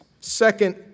Second